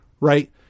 Right